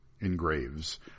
engraves